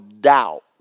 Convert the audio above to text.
doubt